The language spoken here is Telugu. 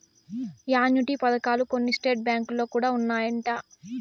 యాన్యుటీ పథకాలు కొన్ని స్టేట్ బ్యాంకులో కూడా ఉన్నాయంట